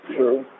True